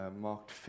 marked